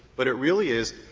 but it really is,